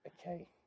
Okay